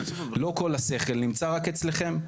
לא כל השכל נמצא רק אצלכם.